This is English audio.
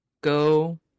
go